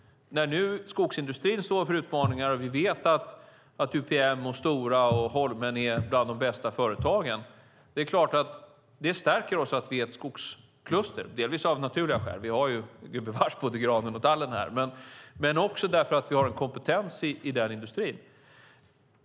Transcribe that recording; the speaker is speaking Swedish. Skogsindustrin står nu inför utmaningar, och vi vet att UPM, Stora och Holmen är bland de bästa företagen. Det är det klart att det stärker oss att vi är ett skogskluster, delvis av naturliga skäl - vi har ju gubevars både granen och tallen här - men också därför att vi har en kompetens i den industrin.